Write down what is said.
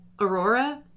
Aurora